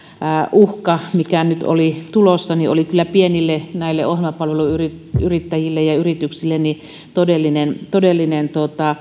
uhka mikä nyt oli tulossa oli kyllä pienille pienille ohjelmapalveluyrittäjille ja yrityksille todellinen todellinen